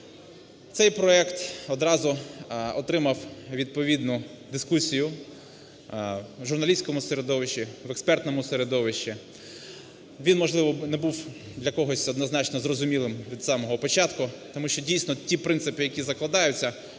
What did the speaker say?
Цей проект одразу отримав відповідну дискусію в журналістському середовищі, в експертному середовищі, він, можливо, б не був для когось однозначно зрозумілим від самого початку, тому що дійсно ті принципи, які закладаються,